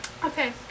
okay